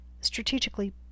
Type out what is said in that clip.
strategically